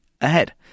ahead